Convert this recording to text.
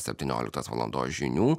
septynioliktos valandos žinių